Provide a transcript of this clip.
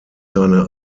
seine